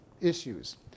issues